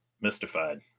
mystified